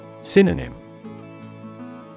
Synonym